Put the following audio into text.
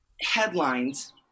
headlines